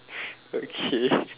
okay